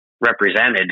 represented